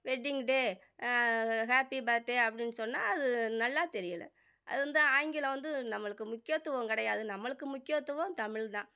wedding day happy birthday அப்படின்னு சொன்னால் அது நல்லா தெரியலை அது வந்து ஆங்கிலம் வந்து நம்மளுக்கு முக்கியத்துவம் கிடையாது நம்மளுக்கு முக்கியத்துவம் தமிழ் தான்